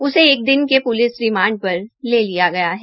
उसे एक दिन के प्लिस रिमांड पर लिया गया है